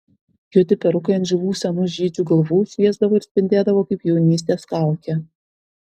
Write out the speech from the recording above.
juodi perukai ant žilų senų žydžių galvų šviesdavo ir spindėdavo kaip jaunystės kaukė